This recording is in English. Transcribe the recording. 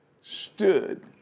stood